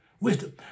wisdom